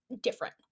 different